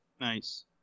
Nice